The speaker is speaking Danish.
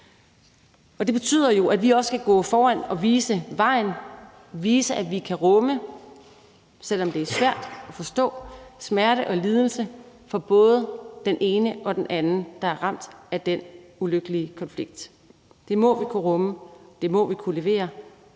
Det betyder jo, at vi også skal gå foran og vise vejen; vise, at vi kan rumme – selv om det er svært at forstå – smerte og lidelse for både den ene og den anden, der er ramt af den ulykkelige konflikt. Det må vi kunne rumme, det må vi kunne levere,